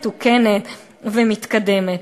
מתוקנת ומתקדמת.